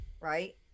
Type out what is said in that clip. right